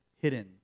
hidden